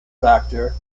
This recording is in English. factor